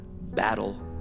battle